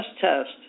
test